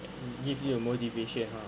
it give you a motivation ha